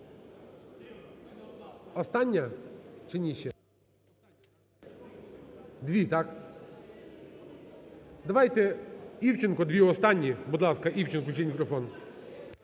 Остання? Чи ні ще? Дві, так? Давайте Івченка дві останні. Будь ласка, Івченка включіть мікрофон.